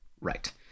Right